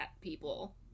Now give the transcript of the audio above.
people